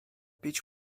pić